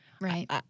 Right